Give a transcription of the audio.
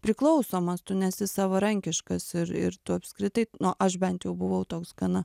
priklausomas tu nesi savarankiškas ir ir tu apskritai nu aš bent jau buvau toks gana